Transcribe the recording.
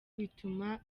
bituma